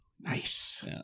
Nice